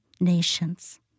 Nations